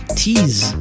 tease